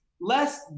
less